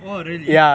oh really